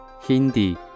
Hindi